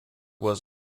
was